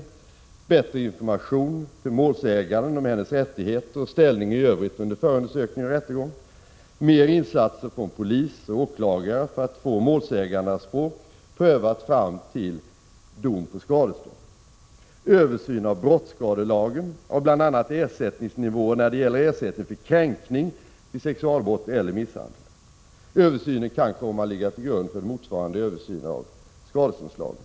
Det gäller t.ex. bättre information till målsäganden och även hennes rättigheter och ställning i övrigt under förundersökning och rättegång samt fler insatser från polis och åklagare för att få målsägandeanspråk prövat fram till dom på skadestånd. Det gäller också en översyn av brottsskadelagen — bl.a. ersättningsnivåer när det gäller ersättning för kränkning vid sexualbrott eller misshandel. Översynen kan komma att ligga till grund för en motsvarande översyn av skadeståndslagen.